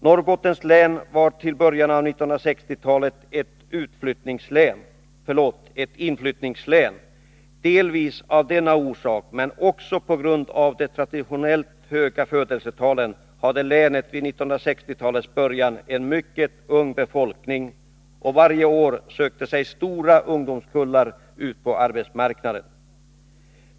Norrbottens län var till början av 1960-talet ett inflyttningslän. Delvis av denna orsak, men också på grund av de traditionellt höga födelsetalen, hade länet vid 1960-talets början en mycket ung befolkning. Varje år sökte sig stora ungdomskullar ut på arbetsmarknaden.